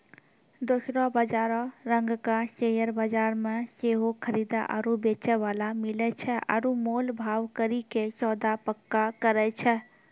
दोसरो बजारो रंगका शेयर बजार मे सेहो खरीदे आरु बेचै बाला मिलै छै आरु मोल भाव करि के सौदा पक्का करै छै